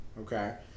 Okay